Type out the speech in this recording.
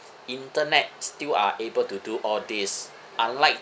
internet still are able to do all this unlike